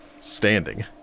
standing